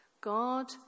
God